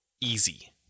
easy